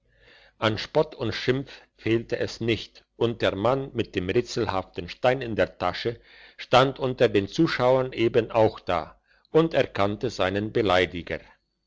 an spott und schimpf fehlte es nicht und der mann mit dem rätselhaften stein in der tasche stand unter den zuschauern eben auch da und erkannte seinen beleidiger